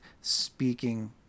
speaking